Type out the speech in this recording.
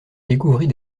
découvrit